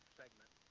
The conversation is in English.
segment